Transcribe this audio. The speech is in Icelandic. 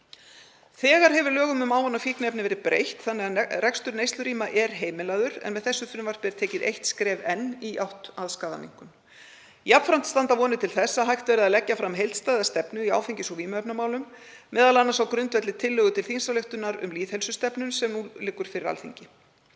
Þegar hefur lögum um ávana- og fíkniefni verði breytt þannig að rekstur neyslurýma er heimilaður en með þessu frumvarpi er tekið eitt skref enn í átt að skaðaminnkun. Jafnframt standa vonir til þess að hægt verði að leggja fram heildstæða stefnu í áfengis- og vímuefnamálum, m.a. á grundvelli tillögu til þingsályktunar um lýðheilsustefnu sem nú liggur fyrir Alþingi